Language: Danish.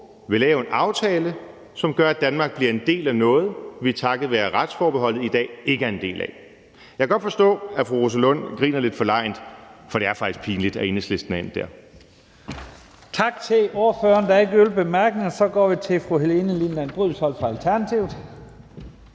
vil lave en aftale, som gør, at Danmark bliver en del af noget, vi takket være retsforbeholdet i dag ikke en del af. Jeg kan godt forstå, at fru Rosa Lund griner lidt forlegent, for det er faktisk pinligt, at Enhedslisten er endt der. Kl. 11:34 Første næstformand (Leif Lahn Jensen): Tak til ordføreren. Der er ikke yderligere korte bemærkninger. Så går vi til fru Helene Liliendahl Brydensholt fra Alternativet.